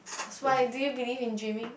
that's why do you believe in gymming